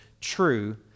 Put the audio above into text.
true